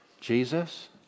Jesus